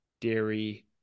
dairy